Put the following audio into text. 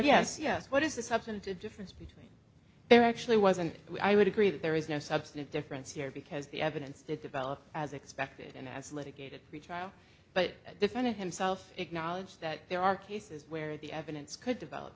yes yes what is the substantive difference between there actually wasn't i would agree that there is no substantive difference here because the evidence did develop as expected and as litigated the trial but defended himself acknowledged that there are cases where the evidence could develop